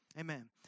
Amen